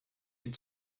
ist